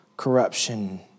corruption